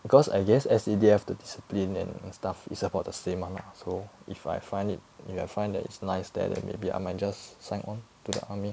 because I guess S_C_D_F the discipline and stuff it's about the same [one] lah so if I find it if I find that it's nice then maybe I might just sign on to the army